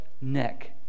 neck